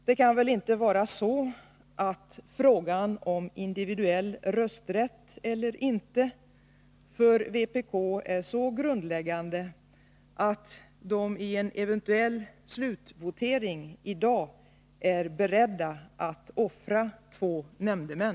Det kan väl inte vara så att frågan om individuell rösträtt eller inte för vpk är så grundläggande att vpk:s riksdagsledamöter i en eventuell slutvotering i dag är beredda att offra två nämndemän?